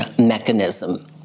mechanism